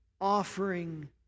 offering